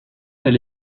fait